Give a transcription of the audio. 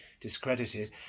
discredited